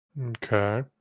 Okay